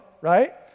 right